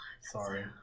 Sorry